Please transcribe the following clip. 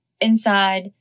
Inside